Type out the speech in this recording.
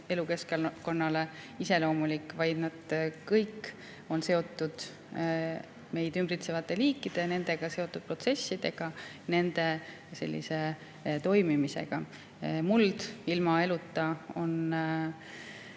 elukeskkonnale iseloomulik, vaid need kõik on seotud meid ümbritsevate liikide ja nendega seotud protsessidega, nende toimimisega. Muld ilma eluta,